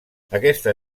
aquesta